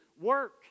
work